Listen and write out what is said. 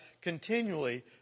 continually